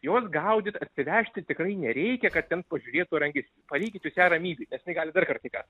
juos gaudyt atsivežti tikrai nereikia kad ten pažiūrėtų ar angis palikit jūs ją ramybėj nes jinai gali dar kartą įkąst